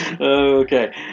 Okay